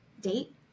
date